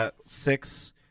six